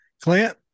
clint